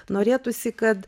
norėtųsi kad